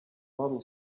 model